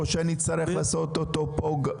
או שנצטרך לעשות אותו פה?